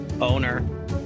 owner